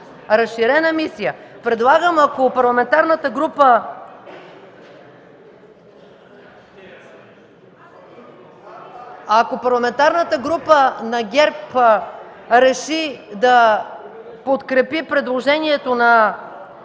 избори. Предлагам, ако Парламентарната група на ГЕРБ реши да подкрепи предложението на